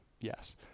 yes